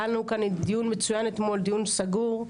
היה לנו כאן דיון מצוין אתמול, דיון סגור.